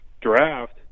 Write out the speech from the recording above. draft